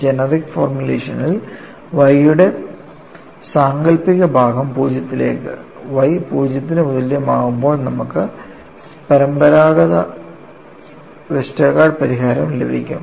generic ഫോർമുലേഷനിൽ Y യുടെ സാങ്കൽപ്പിക ഭാഗം 0 ലേക്ക് y 0 ന് തുല്യമാണെങ്കിൽ നമുക്ക് പരമ്പരാഗത വെസ്റ്റർഗാർഡ് പരിഹാരം ലഭിക്കും